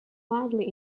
widely